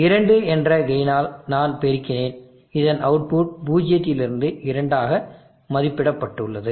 இரண்டு என்ற கெயினால் நான் பெருக்கினேன் இதன் அவுட்புட் பூஜ்ஜியத்திலிருந்து இரண்டாக மதிப்பிடப்பட்டுள்ளது